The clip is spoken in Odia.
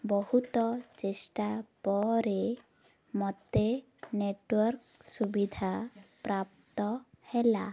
ବହୁତ ଚେଷ୍ଟା ପରେ ମୋତେ ନେଟୱାର୍କ ସୁବିଧା ପ୍ରାପ୍ତ ହେଲା